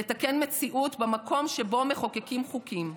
לתקן מציאות במקום שבו מחוקקים חוקים.